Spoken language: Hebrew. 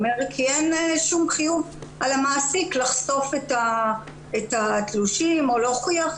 כי אין שום חיוב על המעסיק לחשוף את התלושים או להוכיח,